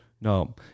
No